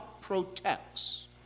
protects